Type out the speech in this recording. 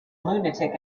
lunatic